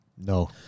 No